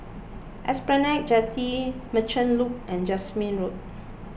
Esplanade Jetty Merchant Loop and Jasmine Road